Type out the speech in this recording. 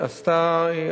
בבקשה.